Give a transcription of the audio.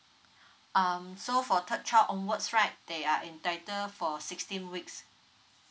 um so for third child onwards right they are entitle for sixteen weeks